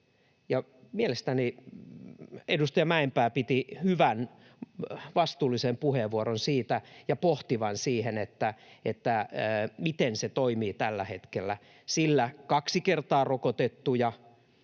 Mielestäni edustaja Mäenpää piti hyvän, vastuullisen ja pohtivan puheenvuoron siitä, miten se toimii tällä hetkellä, sillä kaksi kertaa rokotettuja